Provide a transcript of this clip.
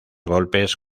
golpes